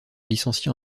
licenciée